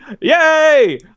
Yay